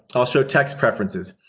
i'll show text preferences.